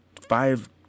five